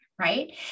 right